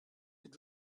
your